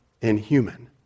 inhuman